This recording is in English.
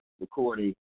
recording